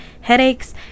headaches